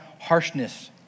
harshness